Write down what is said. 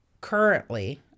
currently